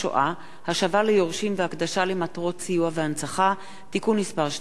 (השבה ליורשים והקדשה למטרות סיוע והנצחה) (תיקון מס' 2),